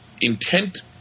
intent